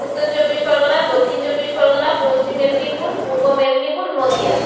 Uttar Chobbish Pargana Dakshin Chobbish Pargana Paschim Medinipur Purba Medinipur Nadia